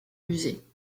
musée